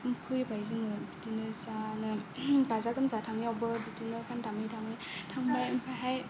फैबाय जोंङो बिदिनो जानो गाजा गोमजा थांनायावबो बिदिनो गान दामै दामै थांबाय ओमफ्रायहाय